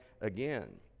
again